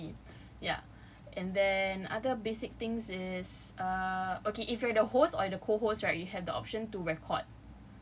so siti ya and then other basic things is err okay if you're the host or the co-host right you have the options to record